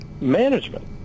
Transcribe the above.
management